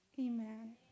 amen